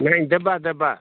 ନାଇଁ ଦେବା ଦେବା